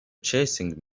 chasing